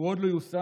הוא עוד לא יושם.